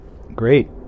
Great